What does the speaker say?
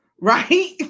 right